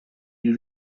erie